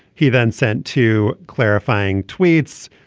he then sent two clarifying tweets.